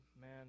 man